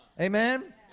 amen